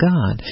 God